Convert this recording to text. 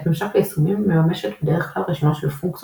את ממשק היישומים מממשת בדרך כלל רשימה של פונקציות